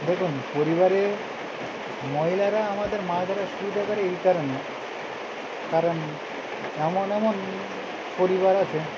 দেখুন পরিবারে মহিলারা আমাদের মাছ ধরায় সুবিধা করে এই কারণে কারণ এমন এমন পরিবার আছে